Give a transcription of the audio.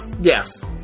Yes